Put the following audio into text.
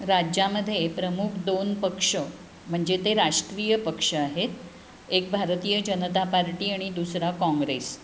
राज्यामध्ये प्रमुख दोन पक्ष म्हणजे ते राष्ट्रीय पक्ष आहेत एक भारतीय जनता पार्टी आणि दुसरा काँग्रेस